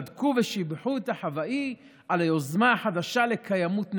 בדקו ושיבחו את החוואי על היוזמה החדשה לקיימות נבונה,